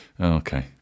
okay